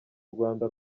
rwanda